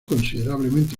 considerablemente